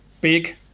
big